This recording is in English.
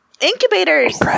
incubators